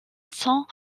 sont